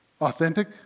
Authentic